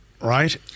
right